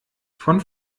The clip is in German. von